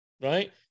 right